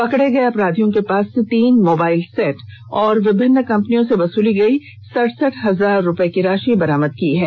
पकड़े गए अपराधियों के पास से तीन मोबाईल सेट एवं विभिन्न कंपनियों से वसूली गई सड़सठ हजार रुपये भी बरामद किया है